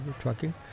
trucking